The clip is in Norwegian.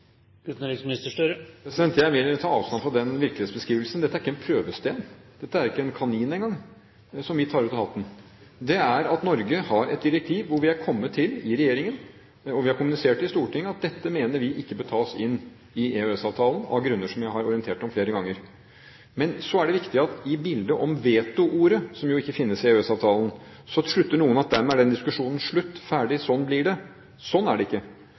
Jeg mener å ta avstand fra den virkelighetsbeskrivelsen. Dette er ikke en prøvestein, dette er ikke en kanin engang, som vi tar ut av hatten. Norge har et direktiv hvor vi – i regjeringen – har kommet til – og vi har kommunisert det i Stortinget – at vi mener at dette ikke bør tas inn i EØS-avtalen, av grunner som jeg har orientert om flere ganger. Men så er det viktig at noen i bildet om vetoordet, som ikke finnes i EØS-avtalen, slutter at dermed er den diskusjonen slutt: Ferdig, slik blir det. Slik er det ikke,